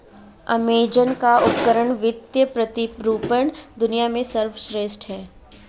Amazon का वित्तीय प्रतिरूपण दुनिया में सर्वश्रेष्ठ है